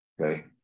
okay